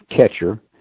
catcher